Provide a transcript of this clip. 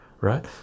right